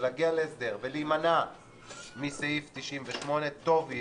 ולהגיע להסדר ולהימנע מסעיף 98 טוב יהיה.